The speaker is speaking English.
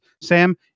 Sam